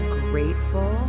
grateful